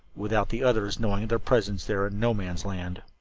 without the others knowing of their presence there in no man's land.